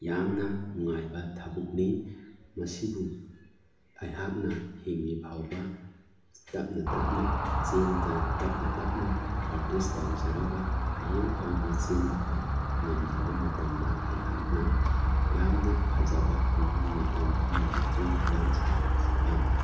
ꯌꯥꯝꯅ ꯅꯨꯡꯉꯥꯏꯕ ꯊꯕꯛꯅꯤ ꯃꯁꯤꯕꯨ ꯑꯩꯍꯥꯛꯅ ꯍꯤꯡꯏ ꯐꯥꯎꯕ ꯇꯞꯅ ꯇꯞꯅ ꯆꯦꯟꯅ ꯇꯞꯅ ꯇꯞꯅ ꯄ꯭ꯔꯇꯤꯁ ꯇꯧꯖꯔꯒ ꯍꯌꯦꯡ ꯐꯥꯎꯕ ꯆꯦꯟꯖꯕ ꯉꯝꯖꯕ ꯃꯇꯝꯗ ꯑꯩꯍꯥꯛꯅ ꯌꯥꯝꯅ ꯐꯖꯕ ꯃꯤꯑꯣꯏ ꯃꯤꯇꯝ ꯑꯃꯗꯤ ꯆꯨꯡ ꯐꯤꯔꯥꯟ ꯆꯥꯕ ꯁꯕꯥꯟ